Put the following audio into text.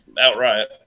outright